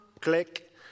click